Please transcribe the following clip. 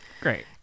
Great